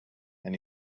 and